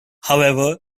however